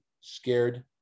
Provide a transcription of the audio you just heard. scared